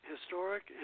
historic